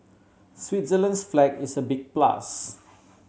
switzerland's flag is a big plus